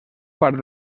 part